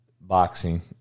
Boxing